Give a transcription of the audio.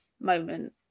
moment